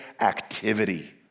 activity